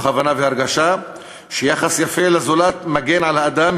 הבנה והרגשה שיחס יפה לזולת מגן על האדם,